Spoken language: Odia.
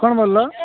କ'ଣ କହିଲ